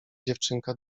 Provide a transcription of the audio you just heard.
dziewczynka